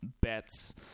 bets